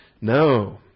No